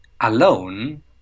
alone